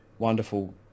wonderful